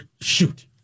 shoot